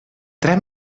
tret